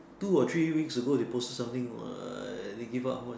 two or three weeks ago they posted something what they gave out how much